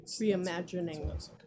Reimagining